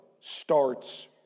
starts